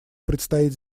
предстоит